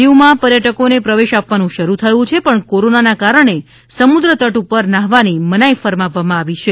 દીવ માં પર્યટકો ને પ્રવેશ આપવાનું શરૂ થયું છે પણ કોરોના ને કારણે સમુદ્રતટ ઉપર નાહવાની મનાઈ ફરમાવવા માં આવી છે